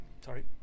sorry